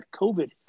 COVID